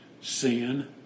sin